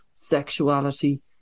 sexuality